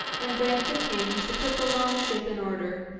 and begged the king to put the long-ship in order,